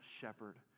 shepherd